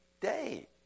Day